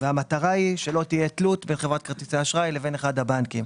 והמטרה היא שלא תהיה תלות בין חברת כרטיסי האשראי לבין אחד הבנקים.